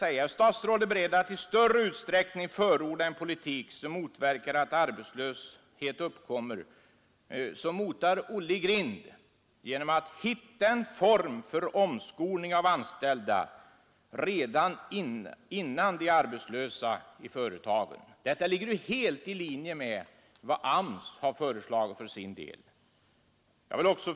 Är statsrådet beredd att i större utsträckning förorda en politik som motverkar att arbetslöshet uppkommer, en politik som ”motar Olle i grind”, genom att hitta en form för omskolning av anställda inom företagen redan innan de blir arbetslösa? Detta ligger helt i linje med vad AMS har föreslagit. 2.